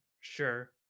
sure